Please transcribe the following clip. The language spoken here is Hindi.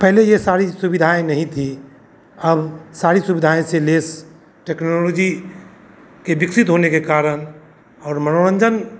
पहले ये सारी सुविधाएँ नहीं थी अब सारी सुविधाएँ से लैस टेक्नोलोजी के विकसित होने के कारण और मनोरंजन